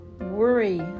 Worry